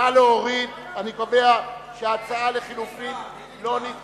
ההסתייגות לחלופין הראשונה של קבוצת סיעת